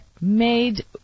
made